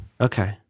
Okay